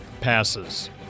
passes